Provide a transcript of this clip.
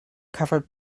covered